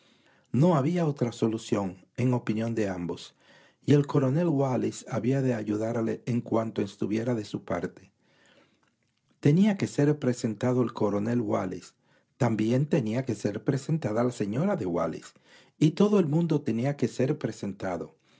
no había otra solución en opinión de ambos y el coronel wallis había de ayudarle en cuanto estuviera de su parte tenía que ser presentado el coronel wallis tenía que ser presentada la señora de wallis y todo el mundo tenía que ser presentado